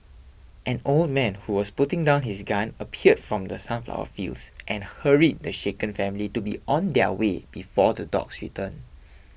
an old man who was putting down his gun appeared from the sunflower fields and hurried the shaken family to be on their way before the dogs return